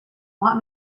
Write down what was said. want